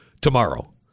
tomorrow